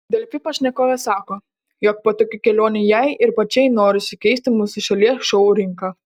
delfi pašnekovė sako jog po tokių kelionių jai ir pačiai norisi keisti mūsų šalies šou rinką